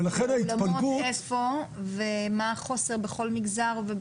ולכן ההתפלגות --- לראות איפה ומה החוסר בכל מגזר.